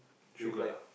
sugar ah